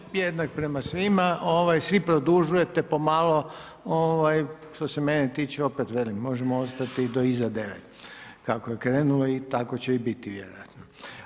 Ja sam jednak prema svima, svi produžujete pomalo, što se mene tiče, opet velim, možemo ostati i do iza 9, kako je krenulo i tako će i biti vjerojatno.